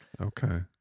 Okay